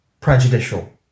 prejudicial